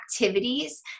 activities